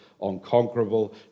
unconquerable